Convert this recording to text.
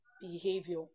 behavior